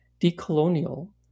Decolonial